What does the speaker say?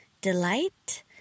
delight